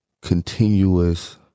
continuous